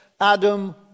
Adam